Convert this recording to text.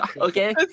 Okay